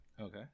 Okay